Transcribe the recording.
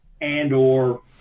and/or